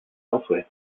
elsewhere